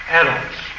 adults